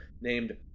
named